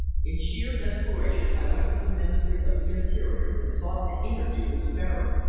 in sheer desperation i went to the ministry of the interior and sought an interview with the baron,